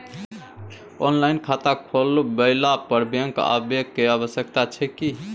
Online खाता खुलवैला पर बैंक आबै के आवश्यकता छै की?